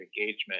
engagement